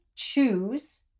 Choose